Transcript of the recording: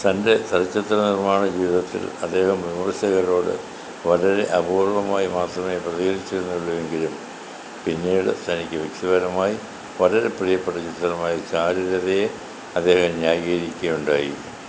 തന്റെ ചലച്ചിത്രനിർമ്മാണ ജീവിതത്തിൽ അദ്ദേഹം വിമർശകരോട് വളരെ അപൂർവമായി മാത്രമേ പ്രതികരിച്ചിരുന്നുള്ളൂവെങ്കിലും പിന്നീട് തനിക്ക് വ്യക്തിപരമായി വളരെ പ്രിയപ്പെട്ട ചിത്രമായ ചാരുലതയെ അദ്ദേഹം ന്യായീകരിക്കുകയുണ്ടായി